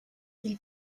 ils